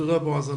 תודה, בועז.